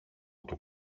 του